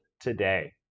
today